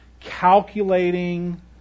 calculating